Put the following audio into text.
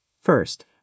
First